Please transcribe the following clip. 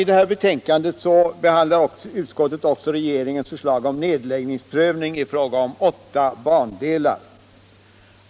I detta betänkande behandlar också utskottet regeringens förslag om nedläggningsprövning i fråga om åtta bandelar.